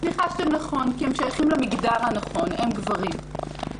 ניחשתם נכון, כי הם שייכים למגדר הנכון, הם גברים.